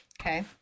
Okay